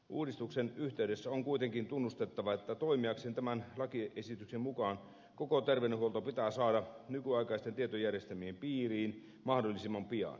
uudistuksen yhteydessä on kuitenkin tunnustettava että toimiakseen tämän lakiesityksen mukaan koko terveydenhuolto pitää saada nykyaikaisten tietojärjestelmien piiriin mahdollisimman pian